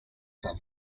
have